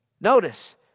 Notice